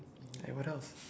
and what else